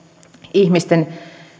ihmisten